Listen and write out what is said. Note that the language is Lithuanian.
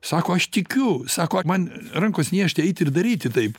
sako aš tikiu sako man rankos niežti eiti ir daryti taip